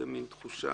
זו מעין תחושה